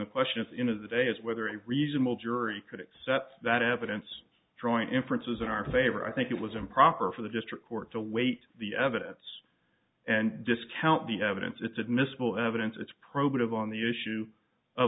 the questions in of the day is whether any reasonable jury could accept that evidence drawing inferences in our favor i think it was improper for the district court to weight the evidence and discount the evidence it's admissible evidence it's probative on the issue of